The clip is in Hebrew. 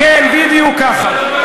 בדיוק ככה.